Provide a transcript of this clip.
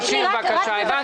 הבנתי, זה כל הזמן חוזר על עצמו.